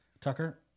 Tucker